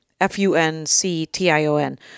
F-U-N-C-T-I-O-N